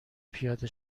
پیاده